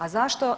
A zašto?